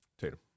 Tatum